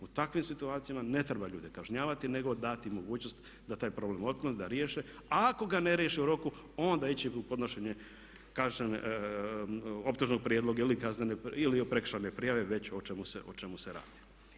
U takvim situacijama ne treba ljude kažnjavati nego dati mogućnost da taj problem otklone, da riješe a ako ga ne riješe u roku onda ići u podnošenje optužnog prijedloga ili prekršajne prijave već o čemu se radi.